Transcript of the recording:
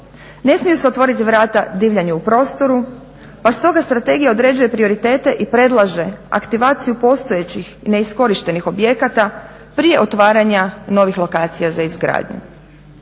Ne smiju se otvoriti vrata divljanju u prostoru pa stoga strategija određuje prioritete i predlaže aktivaciju postojećih neiskorištenih objekta prije otvaranja novih lokacija za izgradnju.